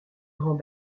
grand